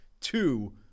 Two